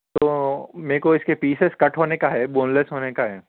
تو میرے کو اس کے پیسیس کٹ ہونے کا ہے بون لیس ہونے کا ہے